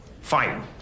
Fine